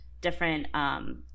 different